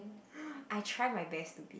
I try my best to